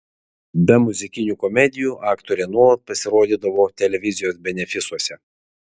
be muzikinių komedijų aktorė nuolat pasirodydavo televizijos benefisuose